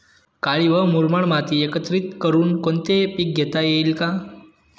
काळी व मुरमाड माती एकत्रित करुन कोणते पीक घेता येईल का?